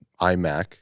iMac